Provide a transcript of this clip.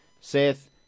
Seth